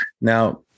Now